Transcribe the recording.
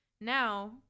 now